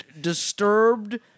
disturbed